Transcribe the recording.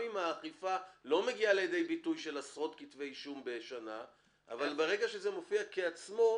אפילו אם האכיפה לא מתבטאת בעשרות כתבי אישום בשנה --- לא עשרות.